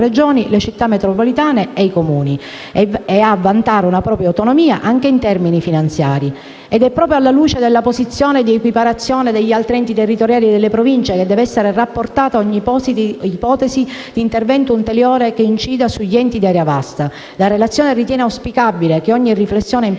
Regioni, le Città metropolitane e i Comuni e a vantare una propria autonomia anche in termini finanziari. Ed è proprio alla luce della posizione di equiparazione agli altri enti territoriali delle Province che deve essere rapportata ogni ipotesi di intervento ulteriore che incida sugli enti di area vasta. La relazione ritiene auspicabile che ogni riflessione in